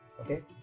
Okay